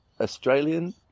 Australian